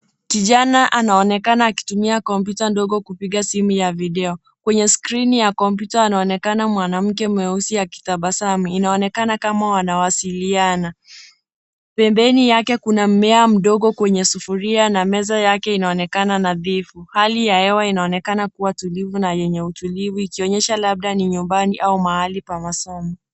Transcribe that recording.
Kijana anaonekana akitumia kompyuta ndogo kupiga simu ya video. Kwenye skrini ya kompyuta anaonekana mwanamke mweusi akitabasamu. Inaonekana kama wanawasiliana. Pembeni yake kuna mmea mdogo kwenye sufuria na meza yake inaonekana nadhifu. Hali ya hewa inaonekana kuwa tulivu na yenye utulivu ikionyesha labda ni nyumbani au mahali pa masomo.